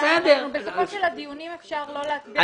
בסופם של הדיונים אפשר לא להצביע.